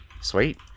Sweet